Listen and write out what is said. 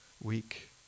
week